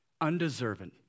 Undeserving